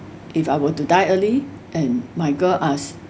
if I were to die early and my girl are